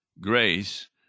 grace